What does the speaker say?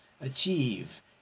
achieve